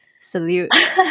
salute